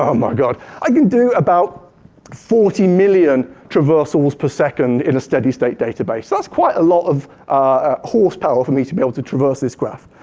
um my god. i can do about forty million traversals per second in a steady state database. that's quite a lot of ah horsepower for me to be able to traverse this graph.